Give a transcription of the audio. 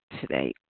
today